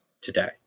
today